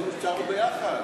רצינו שתישארו ביחד.